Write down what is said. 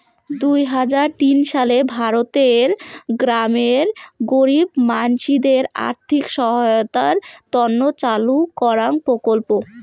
দুই হাজার তিন সালে ভারতের গ্রামের গরীব মানসিদের আর্থিক সহায়তার তন্ন চালু করাঙ প্রকল্প